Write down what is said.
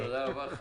תודה רבה.